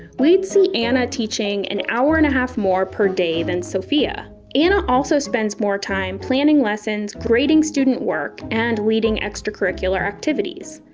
we'd see anna teaching an hour and a half more per day than sofia. anna also spends more time planning lessons, grading student work, and leading extracurricular activities.